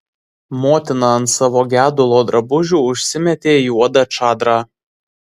motina ant savo gedulo drabužių užsimetė juodą čadrą